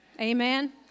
Amen